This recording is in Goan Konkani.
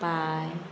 पांंय